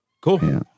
Cool